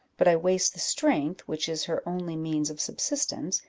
but i waste the strength which is her only means of subsistence,